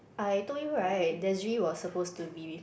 I told you right Desiree was supposed to be with